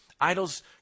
Idols